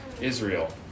Israel